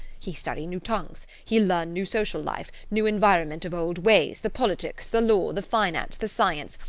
he study new tongues. he learn new social life new environment of old ways, the politic, the law, the finance, the science,